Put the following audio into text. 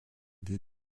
des